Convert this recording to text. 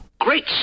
Great